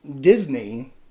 Disney